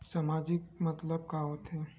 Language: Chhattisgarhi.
सामाजिक मतलब का होथे?